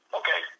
okay